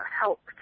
helped